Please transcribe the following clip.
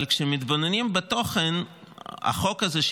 אבל כשמתבוננים בתוכן החוק הזה,